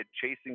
chasing